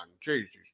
jesus